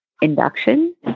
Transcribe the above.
induction